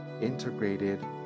integrated